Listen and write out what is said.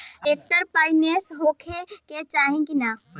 Tractor पाईनेस होखे के चाही कि ना?